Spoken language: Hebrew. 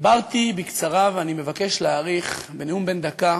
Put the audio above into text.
דיברתי בקצרה ואני מבקש להאריך בנאום בן דקה